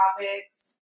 topics